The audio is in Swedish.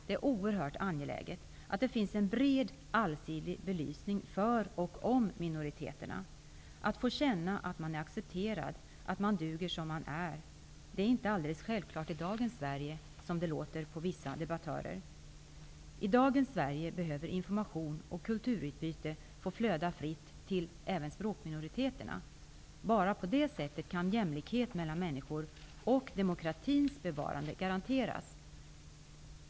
Det är oerhört angeläget att det finns en bred, allsidig belysning för och om minoriteterna -- det handlar om att man kan känna att man är accepterad, att man duger som den man är. Det är inte alldeles självklart i dagens Sverige, som det låter på vissa debattörer. I dagens Sverige behöver information och kulturutbyte få flöda fritt även beträffande språkminoriteterna. Bara på det sättet kan jämlikhet mellan människor och demokratins bevarande garanteras.